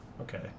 Okay